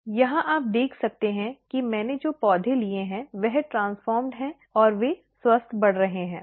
यहां आप देख सकते हैं कि मैंने जो पौधे लिए हैं वह ट्रान्सफोर्मेड है और वे स्वस्थ बढ़ रहे हैं